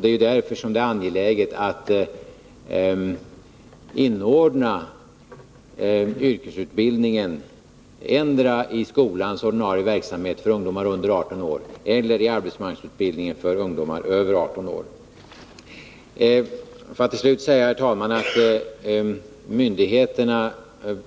Det är därför angeläget att inordna yrkesutbildningen endera i skolans ordinarie verksamhet, för ungdomar under 18 år, eller i arbetsmarknadsutbildningen, för ungdomar över 18 år. Jag vill till slut, herr talman, säga att myndigheterna